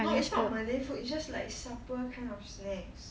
no it's not malay food it's just like supper kind of snack